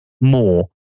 more